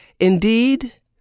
Indeed